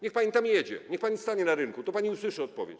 Niech pani tam jedzie, niech pani stanie na rynku, to pani usłyszy odpowiedź.